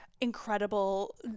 incredible